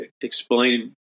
explain